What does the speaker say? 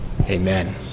Amen